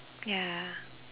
ya